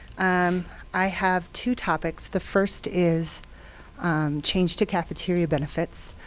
um i have two topics. the first is change to cafeteria benefits.